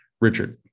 Richard